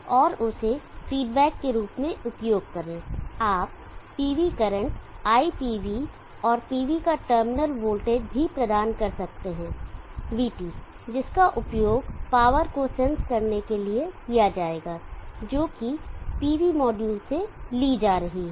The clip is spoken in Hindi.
और उसे फीडबैक के रूप में उपयोग करें आप PV करंट iPV और PV का टर्मिनल वोल्टेज भी प्रदान करते हैं vT जिसका उपयोग पावर को सेंस करने के लिए किया जाएगा जोकि PV मॉड्यूल से ली जा रही है